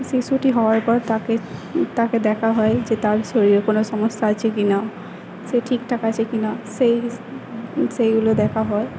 শিশুটি হওয়ার পর তাকে তাকে দেখা হয় যে তার শরীরে কোনো সমস্যা আছে কি না সে ঠিকঠাক আছে কি না সেই সেইগুলো দেখা হয়